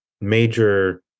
major